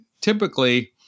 typically